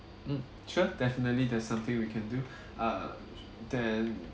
mm sure definitely there's something we can do uh then